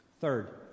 Third